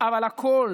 אבל הקול